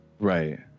Right